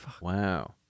Wow